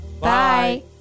Bye